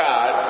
God